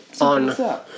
on